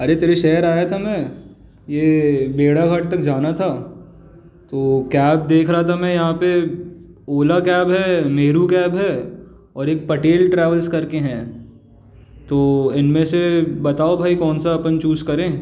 अरे तेरे शहर आया था मैं ये भेड़ाघाट तक जाना था तो कैब देख रहा था मैं यहाँ पे ओला कैब है मेरू कैब है और एक पटेल ट्रैवल्स करके हैं तो इनमें से बताओ भई कौनसा अपन चूज़ करें